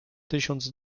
tysiąc